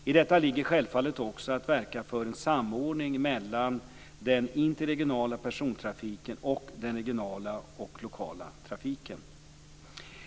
I detta ligger självfallet också att verka för en samordning mellan den interregionala persontrafiken och den regionala och lokala trafiken.